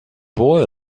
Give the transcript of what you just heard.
boy